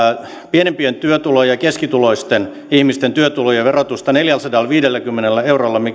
pienempien työtulojen ja keskituloisten ihmisten työtulojen verotusta neljälläsadallaviidelläkymmenellä